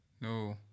No